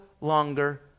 longer